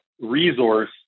resource